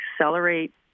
accelerate